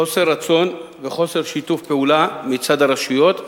חוסר רצון וחוסר שיתוף פעולה מצד הרשויות והאזרחים.